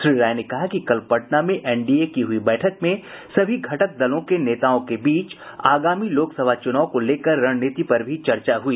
श्री राय ने कहा कि कल पटना में एनडीए की हुई बैठक में सभी घटक दलों के नेताओं के बीच आगामी लोकसभा चूनाव को लेकर रणनीति पर भी चर्चा हुई